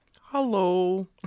Hello